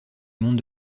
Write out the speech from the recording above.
monde